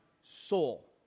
soul